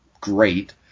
great